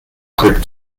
grip